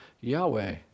Yahweh